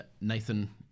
Nathan